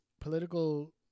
political